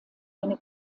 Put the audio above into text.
eine